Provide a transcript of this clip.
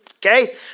Okay